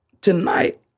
tonight